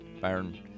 Byron